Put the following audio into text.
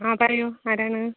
ആ പറയൂ ആരാണ്